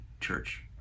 Church